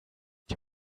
die